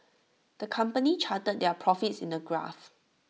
the company charted their profits in A graph